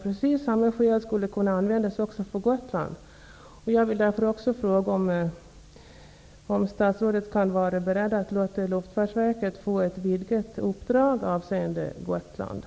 Precis samma skäl skulle kunna anföras vid diskussioner om Gotland. Jag undrar därför om statsrådet är beredd att vidga uppdraget för Luftfartsverket att gälla även Gotland.